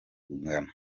kungana